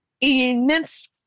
immense